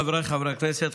חבריי חברי הכנסת,